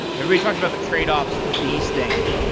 everybody talked about the trade-offs with these things,